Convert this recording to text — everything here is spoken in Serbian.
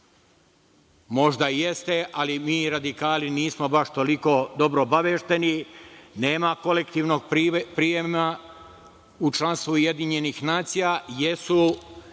Možda i jeste, ali mi radikali nismo baš toliko dobro obavešteni, nema kolektivnog prijema u članstvo UN, jesu